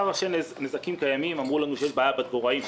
ראשי נזקים קיימים: אמרו לנו שיש בעיה עם הדבוראים,